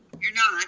you're not,